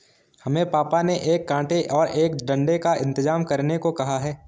हमें पापा ने एक कांटे और एक डंडे का इंतजाम करने को कहा है